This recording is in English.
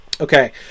Okay